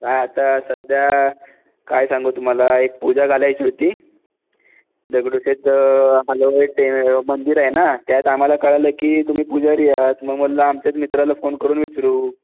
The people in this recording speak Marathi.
काय आता सध्या काय सांगू तुम्हाला एक पूजा घालायची होती दगडूशेठ हलवाई ते मंदिर आहे ना त्यात आम्हाला कळलं की तुम्ही पुजारी आहात मग म्हटलं आमच्याच मित्राला फोन करून विचारु